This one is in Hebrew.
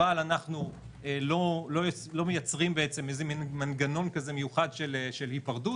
אבל אנחנו לא מייצרים מין מנגנון מיוחד של היפרדות,